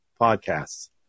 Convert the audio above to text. podcasts